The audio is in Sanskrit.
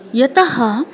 यतः